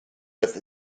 with